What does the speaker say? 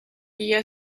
guía